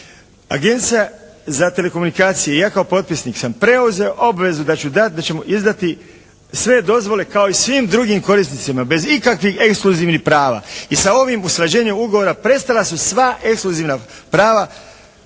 Agencija za telekomunikacije i ja kao potpisnik sam preuzeo obvezu da ću dati, da ćemo izdati sve dozvole kao i svim drugim korisnicima bez ikakvih ekskluzivnih prava. I sa ovim usklađenjem ugovora prestala su sva ekskluzivna prava